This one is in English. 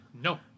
No